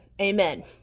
Amen